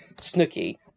Snooky